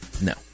No